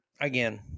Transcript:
again